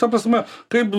ta prasme kaip